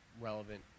relevant